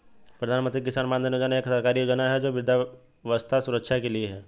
प्रधानमंत्री किसान मानधन योजना एक सरकारी योजना है जो वृद्धावस्था सुरक्षा के लिए है